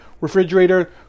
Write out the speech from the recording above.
refrigerator